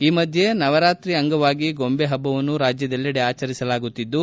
ಈ ಮಧ್ಯೆ ನವರಾತ್ರಿ ಅಂಗವಾಗಿ ಗೊಂಬೆ ಹಬ್ಬವನ್ನು ರಾಜ್ಯದೆಲ್ಲೆಡೆ ಆಚರಿಸಲಾಗುತ್ತಿದ್ದು